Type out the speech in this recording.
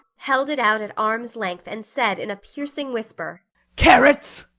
held it out at arm's length and said in a piercing whisper carrots!